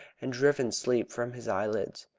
and driven sleep from his eyelids.